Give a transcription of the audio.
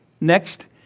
Next